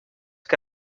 que